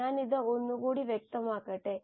ഞാൻ ഇത് ഒന്നുകൂടി വ്യക്തമാക്കട്ടെ